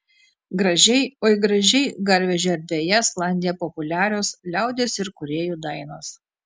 gražiai oi gražiai garvežio erdvėje sklandė populiarios liaudies ir kūrėjų dainos